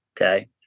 okay